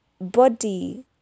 body